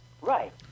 Right